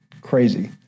crazy